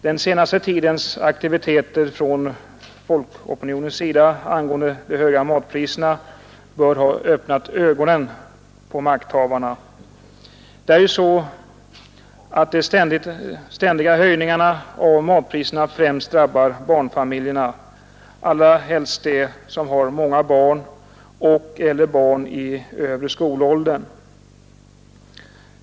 Den senaste tidens aktiviteter från folkopinionens sida angående de höga matpriserna bör ha öppnat ögonen på makthavarna. De ständiga höjningarna av matpriserna drabbar främst barnfamiljerna, allra helst dem som har många barn och/eller barn i övre skolåldern.